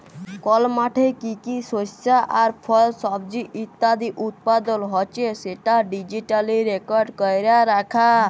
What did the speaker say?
call মাঠে কি কি শস্য আর ফল, সবজি ইত্যাদি উৎপাদল হচ্যে সেটা ডিজিটালি রেকর্ড ক্যরা রাখা